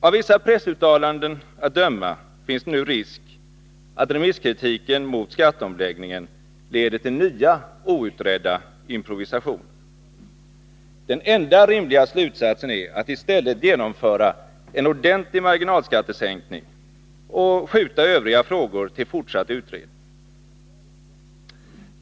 Av vissa pressuttalanden att döma finns det nu risk att remisskritiken mot skatteomläggningen leder till nya outredda improvisationer. Den enda rimliga slutsatsen är att man i stället bör genomföra en ordentlig marginalskattesänkning och skjuta övriga frågor till fortsatt utredning.